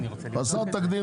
ששר החקלאות